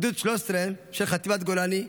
גדוד 13 של חטיבת גולני,